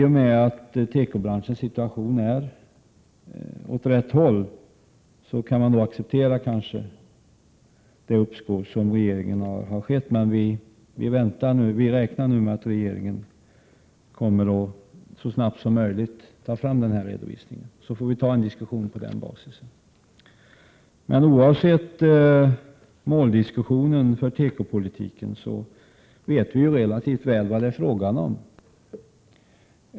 I och med att tekobranschens situation går åt rätt håll kan man kanske acceptera regeringens uppskov, men vi räknar med att regeringen kommer att så snabbt som möjligt ta fram redovisningen, så får vi ta en diskussion på basis av den. Oavsett diskussionen om tekopolitikens mål vet vi relativt väl vad det är fråga om.